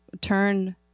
turn